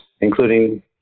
including